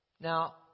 now